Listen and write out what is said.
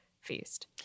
feast